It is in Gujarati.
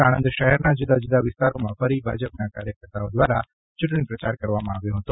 સાણંદ શહેરના જુદા જુદા વિસ્તારોમાં ફરી ભાજપના કાર્યકર્તાઓ દ્વારા ચ્રંટણી પ્રચાર કરવામાં આવ્યો હતો